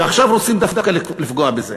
ועכשיו רוצים דווקא לפגוע בזה.